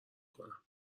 کنم